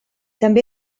també